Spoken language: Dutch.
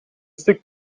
stuk